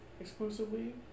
exclusively